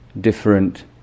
different